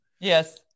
yes